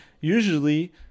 usually